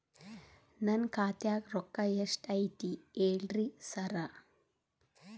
ನನ್ ಖಾತ್ಯಾಗ ರೊಕ್ಕಾ ಎಷ್ಟ್ ಐತಿ ಹೇಳ್ರಿ ಸಾರ್?